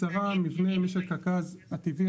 מבנה משק הגז הטבעי,